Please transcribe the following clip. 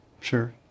sure